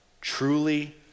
Truly